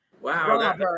Wow